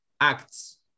acts